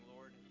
Lord